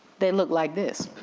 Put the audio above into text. they look like this,